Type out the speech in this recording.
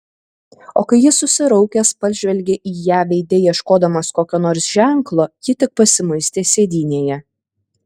o kai jis susiraukęs pažvelgė į ją veide ieškodamas kokio nors ženklo ji tik pasimuistė sėdynėje